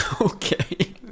Okay